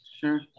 Sure